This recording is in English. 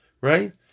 right